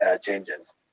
changes